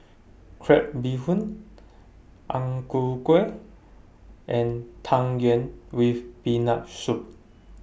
Crab Bee Hoon Ang Ku Kueh and Tang Yuen with Peanut Soup